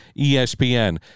ESPN